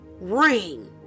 ring